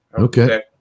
Okay